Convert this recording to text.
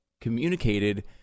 communicated